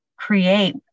Create